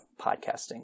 podcasting